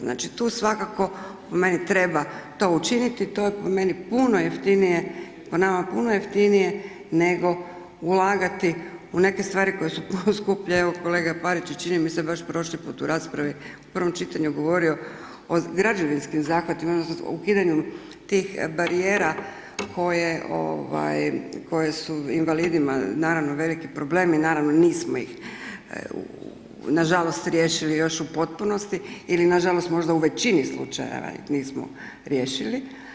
Znači tu svakako po meni treba to učiniti, to je po meni puno jeftinije, po nama puno jeftinije nego ulagati u neke stvari koje su puno skuplje, evo kolega Parić je čini mi se baš prošli put u raspravi u prvom čitanju govorio o građevinskim zahvatima odnosno o ukidanju tih barijera koje ovaj koje su invalidima naravno veliki problem i naravno nismo ih nažalost riješili još u potpunosti ili nažalost možda u većini slučajeva ih nismo riješili.